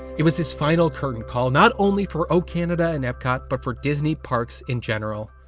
it was his final curtain call, not only for o canada and epcot, but for disney parks in general.